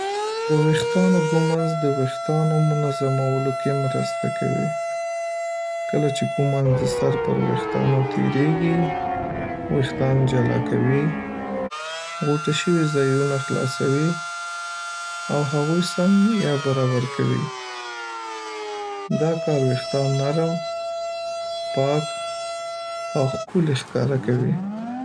د وېښتانو ږمنځ د وېښتانو منظمولو کې مرسته کوي. کله چې ږمنځ د سر پر وېښتانو تېریږي، وېښتان جلا کوي، غوټه شوي ځایونه خلاصوي او هغوی سم یا برابر کوي. دا کار وېښتان نرم، پاک او ښکلي ښکاره کوي.